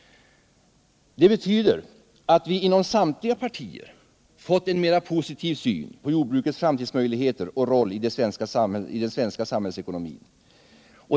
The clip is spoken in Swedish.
Det betyder att vi inom samtliga partier fått en mer positiv syn på jordbrukets framtidsmöjligheter och roll i den svenska samhällsekonomin.